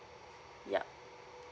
yup